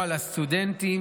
המדינה,